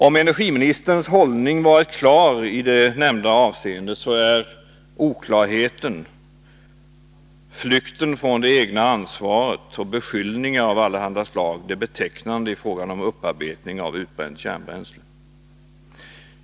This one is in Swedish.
Om energiministerns hållning varit klar i det nämnda avseendet är oklarheten och flykten från det egna ansvaret och beskyllningar mot andra betecknande i fråga om upparbetning av utbränt kärnbränsle.